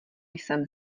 jsem